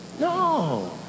No